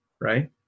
right